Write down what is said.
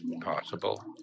possible